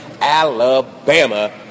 Alabama